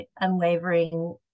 unwavering